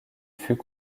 fut